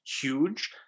huge